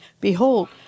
Behold